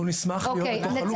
אנחנו נשמח להיות בתוך הלופ הזה.